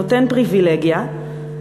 נותן פריבילגיה,